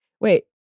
Wait